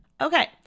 Okay